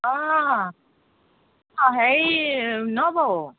অঁ অঁ হেৰি নবৌ